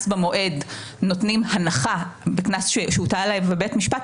במועד נותנים הנחה על קנס שהוטל עליו בבית המשפט.